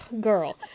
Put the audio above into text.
girl